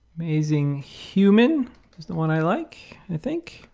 amazing human just the one i like, i think.